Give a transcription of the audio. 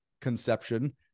conception